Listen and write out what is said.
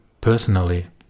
personally